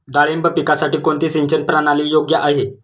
डाळिंब पिकासाठी कोणती सिंचन प्रणाली योग्य आहे?